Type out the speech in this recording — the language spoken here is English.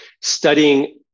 studying